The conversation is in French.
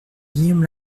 guillaume